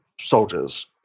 soldiers